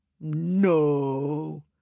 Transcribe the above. No